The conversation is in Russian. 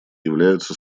являются